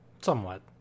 Somewhat